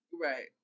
Right